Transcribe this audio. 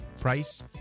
price